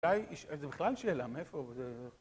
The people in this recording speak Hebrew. זה בכלל שאלה, מאיפה...